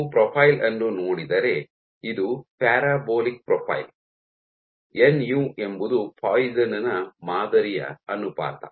ನೀವು ಪ್ರೊಫೈಲ್ ಅನ್ನು ನೋಡಿದರೆ ಇದು ಪ್ಯಾರಾಬೋಲಿಕ್ ಪ್ರೊಫೈಲ್ ಏನ್ಯು ಎಂಬುದು ಪಾಯ್ಸನ್ ನ ಮಾದರಿಯ ಅನುಪಾತ